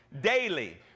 daily